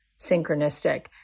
synchronistic